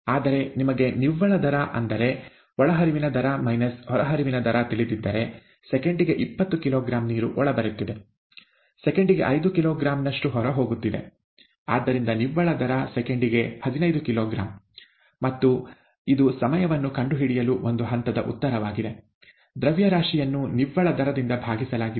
ಆದರೆ ನಿಮಗೆ ನಿವ್ವಳ ದರ ಅಂದರೆ ಒಳಹರಿವಿನ ದರ ಮೈನಸ್ ಹೊರಹರಿವಿನ ದರ ತಿಳಿದಿದ್ದರೆ ಸೆಕೆಂಡಿಗೆ ಇಪ್ಪತ್ತು ಕಿಲೋಗ್ರಾಂ ನೀರು ಒಳಬರುತ್ತಿದೆ ಸೆಕೆಂಡಿಗೆ ಐದು ಕಿಲೋಗ್ರಾಂ ನಷ್ಟು ಹೊರಹೋಗುತ್ತಿದೆ ಆದ್ದರಿಂದ ನಿವ್ವಳ ದರ ಸೆಕೆಂಡಿಗೆ ಹದಿನೈದು ಕಿಲೋಗ್ರಾಂ ಮತ್ತು ಇದು ಸಮಯವನ್ನು ಕಂಡುಹಿಡಿಯಲು ಒಂದು ಹಂತದ ಉತ್ತರವಾಗಿದೆ ದ್ರವ್ಯರಾಶಿಯನ್ನು ನಿವ್ವಳ ದರದಿಂದ ಭಾಗಿಸಲಾಗಿದೆ